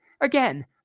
again